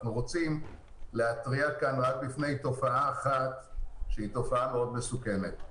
אנחנו רק רוצים להתריע כאן מפני תופעה אחת שהיא מאוד מסוכנת.